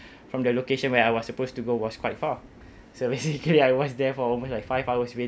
from the location where I was supposed to go was quite far so basically I was there for almost like five hours waiting